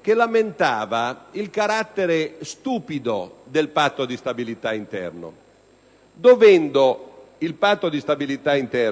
che lamentava il carattere stupido del Patto di stabilità interno? Dovendo esso